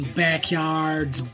backyards